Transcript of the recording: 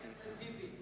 חבר הכנסת טיבי,